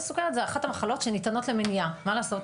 סוכרת זו אחת המחלות שניתנות למניעה מה לעשות.